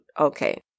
Okay